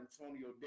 Antonio